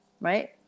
Right